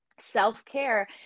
self-care